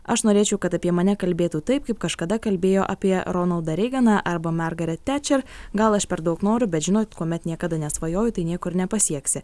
aš norėčiau kad apie mane kalbėtų taip kaip kažkada kalbėjo apie ronaldą reiganą arba mergaret tečer gal aš per daug noriu bet žinot kuomet niekada nesvajoji tai nieko ir nepasieksi